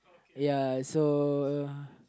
ya so